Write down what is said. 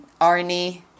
Arnie